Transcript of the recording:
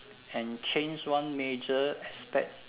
and change one major aspect